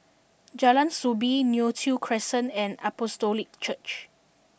Jalan Soo Bee Neo Tiew Crescent and Apostolic Church